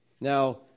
Now